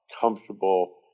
comfortable